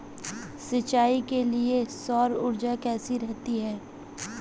सिंचाई के लिए सौर ऊर्जा कैसी रहती है?